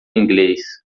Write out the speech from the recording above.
inglês